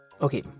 Okay